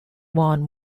won